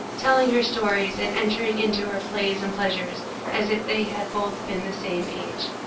telling her stories and entering into her plays and pleasures as if they had both been the same age.